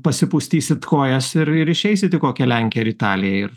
pasipustysit kojas ir ir išeisit į kokią lenkiją italiją ir